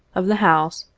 of the house,